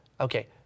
okay